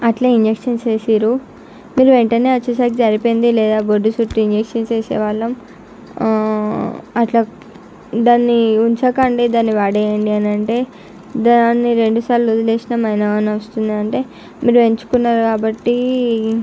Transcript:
అట్లే ఇంజక్షన్ చేసారు మీరు వెంటనే వచ్చేసరికి సరిపోయింది లేదా బొడ్డు చుట్టూ ఇంజక్షన్ చేసేవాళ్ళం అట్లా దాన్ని ఉంచకండి దాన్ని పడేయండి అని అంటే దాన్ని రెండుసార్లు వదిలేసాం అయినా కాని అది వస్తుంది అంటే మీరు పెంచుకున్నారు కాబట్టి